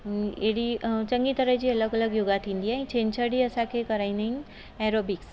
एॾी चङी तरह जी अलॻि अलॻि योगा थींदी आहे ऐं छंछरु ॾींहुं असांखे कराईंदा आहिनि ऐरोबिक्स